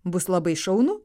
bus labai šaunu